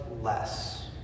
less